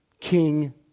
King